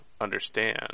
understand